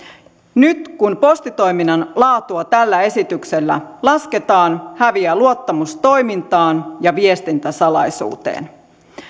nyt kun postitoiminnan laatua tällä esityksellä lasketaan häviää luottamus toimintaan ja viestintäsalaisuuteen